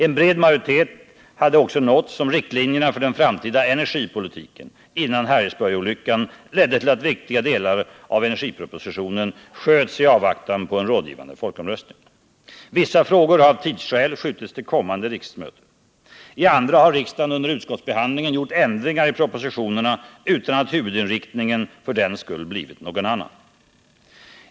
En bred majoritet hade också nåtts om riktlinjerna för den framtida energipolitiken innan Harrisburgolyckan ledde till att viktiga delar av energipropositionen sköts upp i avvaktan på en rådgivande folkomröstning. Vissa frågor har av tidsskäl skjutits till kommande riksmöte. I andra har riksdagen under utskottsbehandlingen gjort ändringar i propositionerna utan att huvudinriktningen för den skull blivit någon annan.